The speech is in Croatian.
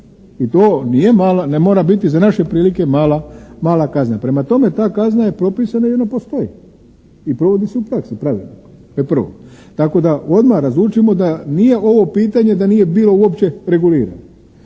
mala, ne mora biti za naše prilike mala kazna. Prema tome, ta kazna je propisana i ona postoji i provodi se u praksi, pravilnikom. To je prvo. Tako da odmah razlučimo da nije ovo pitanje da nije bilo uopće regulirano.